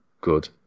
good